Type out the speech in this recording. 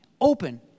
Open